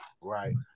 Right